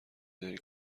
داری